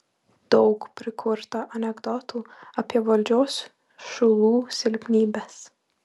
daug prikurta anekdotų apie valdžios šulų silpnybes